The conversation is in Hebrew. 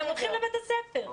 הם הולכים לבית הספר.